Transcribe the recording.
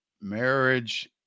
marriage